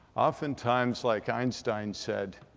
oftentimes, like einstein said,